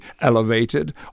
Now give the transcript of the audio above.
elevated